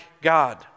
God